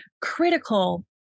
critical